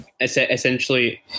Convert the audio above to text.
essentially